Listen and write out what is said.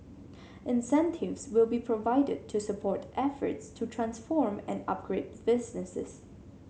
incentives will be provided to support efforts to transform and upgrade businesses